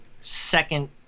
second